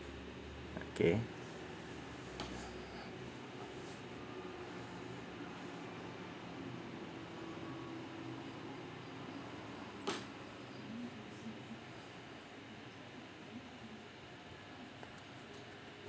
okay